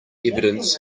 evidence